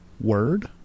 word